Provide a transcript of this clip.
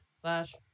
Slash